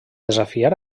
desafiar